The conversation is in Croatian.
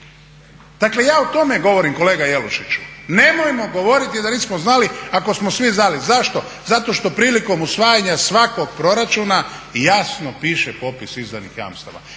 Dakle ja o tome govorim kolega Jelušiću. Nemojmo govoriti da nismo znali ako smo svi znali. Zašto? Zato što prilikom usvajanja svakog proračuna i jasno piše popis izdanih jamstava